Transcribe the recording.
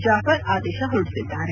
ಜಾಪರ್ ಆದೇಶ ಹೊರಡಿಸಿದ್ದಾರೆ